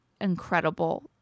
incredible